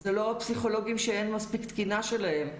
זה לא הפסיכולוגים שאין מספיק תקינה שלהם,